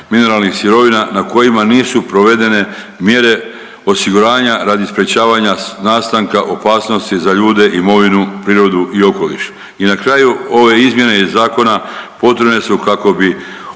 mineralnih sirovina na kojima nisu provedene mjere osiguranja radi sprječavanja nastanka opasnosti za ljude, imovinu, prirodu i okoliš. I na kraju ove izmjene iz zakona potrebne su kako bi